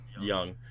young